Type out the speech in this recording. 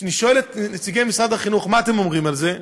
כשאני שואל את נציגי משרד החינוך: מה אתם אומרים על זה?